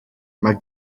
mae